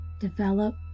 Develop